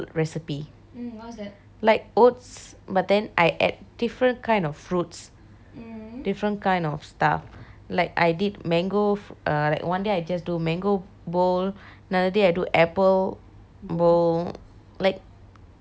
like oats but then I add different kind of fruits different kind of stuff like I did mango err like one day I just do mango bowl another day I do apple bow like it's quite nice lah